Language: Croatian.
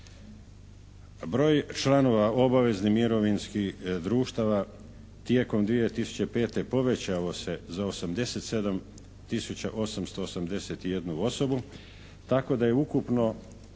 Broj članova obaveznih mirovinskih društava tijekom 2005. povećao se za 87 tisuća 881 osobu tako da je ukupno